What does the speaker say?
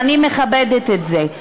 ואני מכבדת את זה.